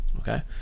okay